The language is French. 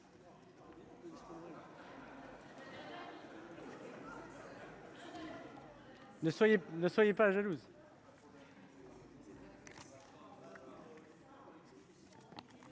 Ne soyez pas jalouse…